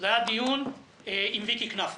זה היה דיון עם ויקי כנפו,